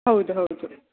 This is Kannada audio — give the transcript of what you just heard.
ಹೌದು ಹೌದು